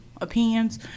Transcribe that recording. opinions